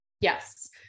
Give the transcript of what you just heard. Yes